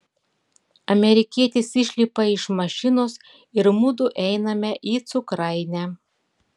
amerikietis išlipa iš mašinos ir mudu einame į cukrainę